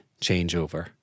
changeover